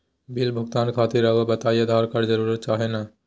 Bill भुगतान खातिर रहुआ बताइं आधार कार्ड जरूर चाहे ना?